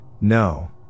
no